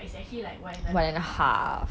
it's actually like one and a half